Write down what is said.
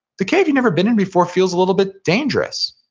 the cave you've never been in before feels a little bit dangerous